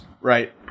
Right